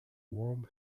warm